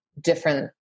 different